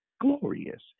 Glorious